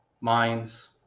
minds